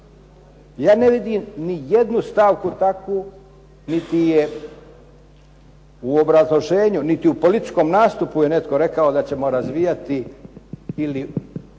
Ja ne vidim nijednu stavku takvu niti je u obrazloženju, niti u političkom nastupu je netko rekao da ćemo razvijati ili